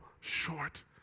short